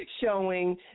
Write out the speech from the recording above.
showing